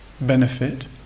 benefit